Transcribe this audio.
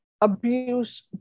abuse